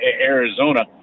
Arizona